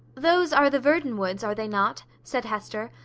those are the verdon woods, are they not? said hester,